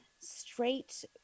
straight